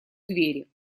двери